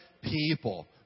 people